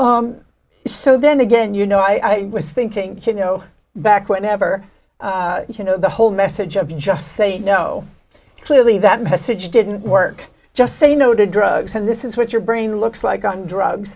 and so then again you know i was thinking you know back whatever you know the whole message of just say no clearly that message didn't work just say no to drugs and this is what your brain looks like on drugs